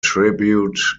tribute